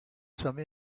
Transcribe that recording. some